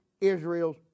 Israel's